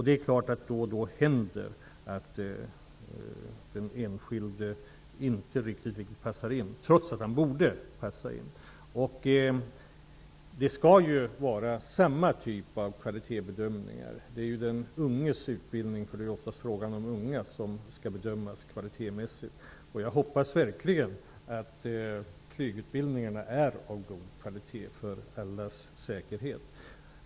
Det är klart att det då och då händer att den enskilde inte riktigt passar in, trots att han borde passa in. Det skall vara samma typ av kvalitetsbedömningar. Det är den unges utbildning -- det är ofta fråga om unga -- som skall bedömas kvalitetsmässigt. Jag hoppas verkligen, för allas säkerhet, att flygutbildningarna är av god kvalitet.